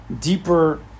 deeper